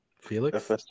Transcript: Felix